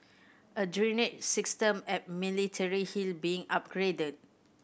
a drainage system at Military Hill being upgraded